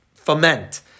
foment